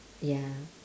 ya